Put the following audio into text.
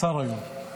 השר היום.